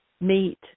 meet